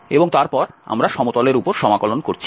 এবং তারপর আমরা সমতলের উপর সমাকলন করছি